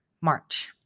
March